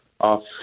off